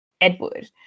Edward